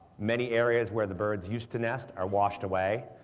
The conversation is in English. many areas where the birds used to nest are washed away,